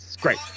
Great